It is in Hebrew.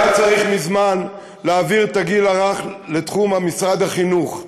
היה צריך מזמן להעביר את הגיל הרך לתחום משרד החינוך.